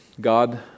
God